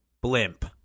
blimp